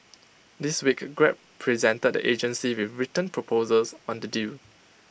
this week grab presented the agency with written proposals on the deal